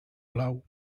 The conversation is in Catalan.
blau